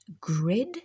grid